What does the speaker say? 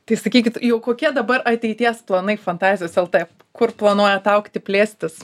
tai sakykit jau kokie dabar ateities planai fantazijos lt kur planuojat augti plėstis